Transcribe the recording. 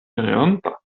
pereonta